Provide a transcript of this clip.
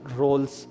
roles